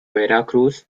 veracruz